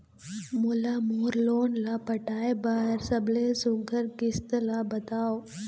मोला मोर लोन ला पटाए बर सबले सुघ्घर किस्त ला बताव?